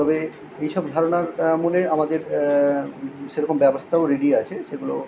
তবে এই সব ধারণার মনে আমাদের সেরকম ব্যবস্থাও রেডি আছে সেগুলো